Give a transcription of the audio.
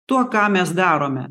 tuo ką mes darome